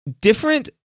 different